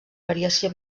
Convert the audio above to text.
variació